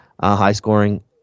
high-scoring